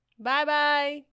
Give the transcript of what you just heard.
Bye-bye